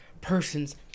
person's